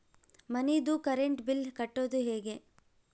ಮನಿದು current bill ಕಟ್ಟೊದು ಹೇಗೆ?